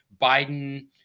Biden